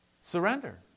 Surrender